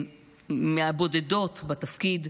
מהבודדות בתפקיד.